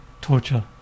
torture